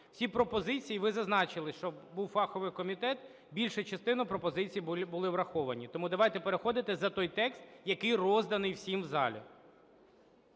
Всі пропозиції ви зазначили, що був фаховий комітет, більшу частину пропозицій були враховані. Тому давайте переходити за той текст, який розданий всім в залі.